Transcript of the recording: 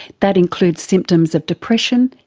that includes symptoms of depression,